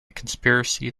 conspiracy